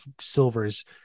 Silver's